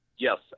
Yes